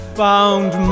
found